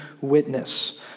witness